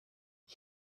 ich